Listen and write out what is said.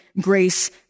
grace